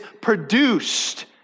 produced